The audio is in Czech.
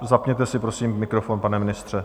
Zapněte si prosím mikrofon, pane ministře.